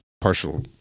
partial